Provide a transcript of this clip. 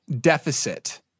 deficit